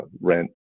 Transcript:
rent